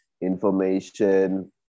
information